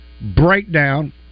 breakdown